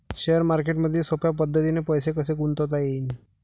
Share मार्केटमधी सोप्या पद्धतीने पैसे कसे गुंतवता येईन?